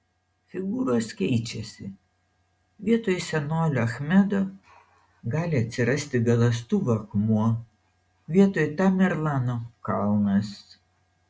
figūros keičiasi vietoj senolio achmedo gali atsirasti galąstuvo akmuo vietoj tamerlano kalnas